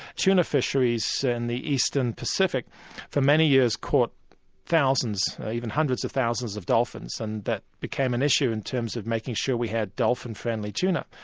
tuna fisheries in the eastern pacific for many years caught thousands, even hundreds of thousands of dolphins, and that became an issue in terms of making sure we had dolphin friendly tuna.